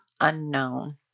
unknown